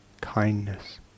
kindness